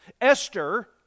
Esther